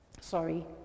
Sorry